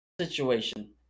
situation